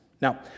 Now